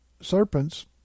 serpents